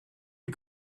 you